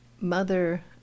Mother